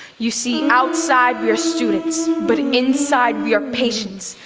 you see outside, we are students but inside, we are patients.